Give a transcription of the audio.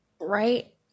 right